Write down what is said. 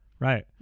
Right